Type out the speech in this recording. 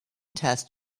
test